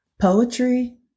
Poetry